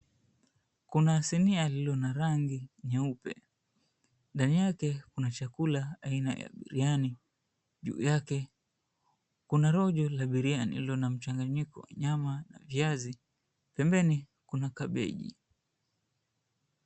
Kuna sinia lililo na rangi nyeupe. Ndani yake, kuna chakula aina ya biriani, juu yake kuna rojo la biriani lililo na mchanganyiko wa nyama na viazi. Pembeni, kuna kabeji.